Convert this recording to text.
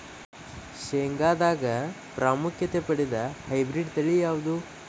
ಶೇಂಗಾದಾಗ ಪ್ರಾಮುಖ್ಯತೆ ಪಡೆದ ಹೈಬ್ರಿಡ್ ತಳಿ ಯಾವುದು?